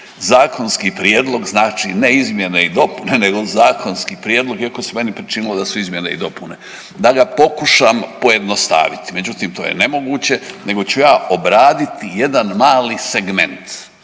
zakonski prijedlog, znači ne izmjene i dopune nego zakonski prijedlog, iako se meni pričinilo da su izmjene i dopune, da ga pokušam pojednostavit, međutim to je nemoguće nego ću ja obraditi jedan mali segment.